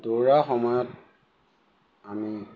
দৌৰা সময়ত আমি